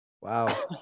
Wow